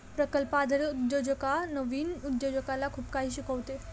प्रकल्प आधारित उद्योजकता नवीन उद्योजकाला खूप काही शिकवते